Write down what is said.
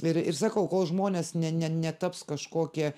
ir ir sakau kol žmonės ne ne netaps kažkokie